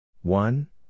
one